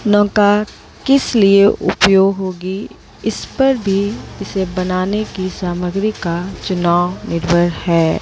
नौका किस लिए उपयोग होगी इस पर भी इसे बनाने की सामग्री का चुनाव निर्भर है